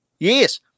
Yes